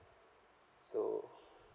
so